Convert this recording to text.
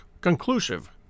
conclusive